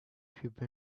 have